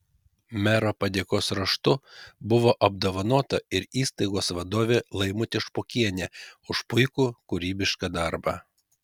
mero padėkos raštu buvo apdovanota ir įstaigos vadovė laimutė špokienė už puikų kūrybišką darbą